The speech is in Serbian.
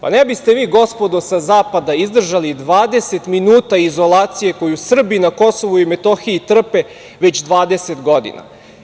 Pa ne biste vi gospodo sa zapada izdržali 20 minuta izolacije koju Srbi na Kosovu i Metohiji trpe već 20 godina.